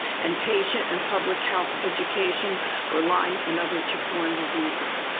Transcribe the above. and patient and public health education for lyme and other tick-borne diseases.